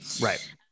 Right